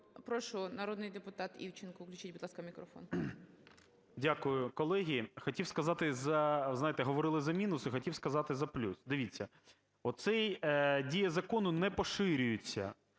Прошу, народний депутат Івченко. Включіть, будь ласка, мікрофон. 13:48:05 ІВЧЕНКО В.Є. Дякую. Колеги, хотів сказати за, знаєте, говорили з мінуси, хотів сказати за плюс. Дивіться, оця дія закону не поширюється